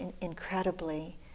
incredibly